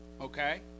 Okay